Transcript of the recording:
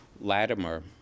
Latimer